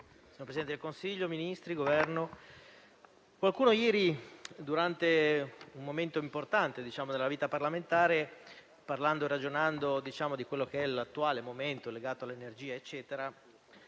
signor Presidente del Consiglio dei ministri, membri del Governo, qualcuno ieri, durante un momento importante della vita parlamentare, parlando e ragionando dell'attuale momento legato all'energia, ha